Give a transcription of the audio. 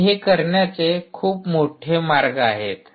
आणि हे करण्याचे खूप मोठे मार्ग आहेत